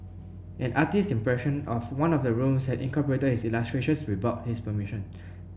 an artist's impression of one of the rooms had incorporated his illustrations without his permission